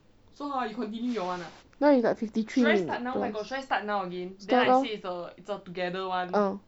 now is at fifty three minutes start lor